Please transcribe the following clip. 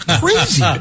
crazy